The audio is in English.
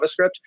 JavaScript